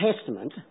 Testament